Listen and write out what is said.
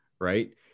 Right